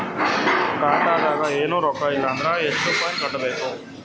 ಖಾತಾದಾಗ ಏನು ರೊಕ್ಕ ಇಲ್ಲ ಅಂದರ ಎಷ್ಟ ಫೈನ್ ಕಟ್ಟಬೇಕು?